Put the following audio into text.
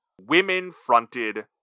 women-fronted